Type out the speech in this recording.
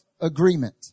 agreement